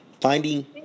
Finding